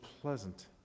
pleasant